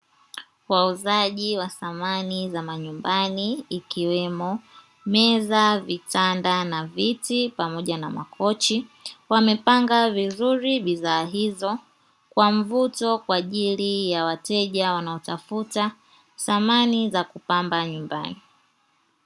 Wauzaji wa samani za majumbani ikiwemo meza, vitanda na viti pamoja na makochi; wamepanga vizuri bidhaa hizo kwa mvuto, kwa ajili ya wateja wanaotafuta samani za kupamba nyumbani.